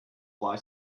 fly